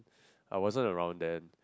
I wasn't around then